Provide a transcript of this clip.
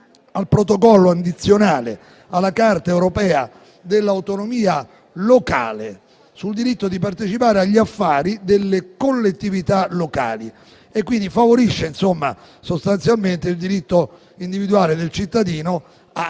al Protocollo addizionale alla Carta europea dell'autonomia locale sul diritto di partecipare agli affari delle collettività locali». Esso favorisce sostanzialmente il diritto individuale del cittadino a